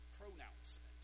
pronouncement